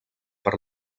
per